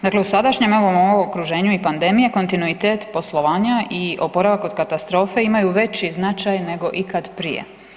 Dakle u sadašnjem ovom okruženju i pandemije kontinuitet poslovanja i oporavak od katastrofe imaju veći značaj nego ikad prije.